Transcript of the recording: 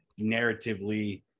narratively